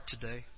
today